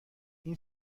این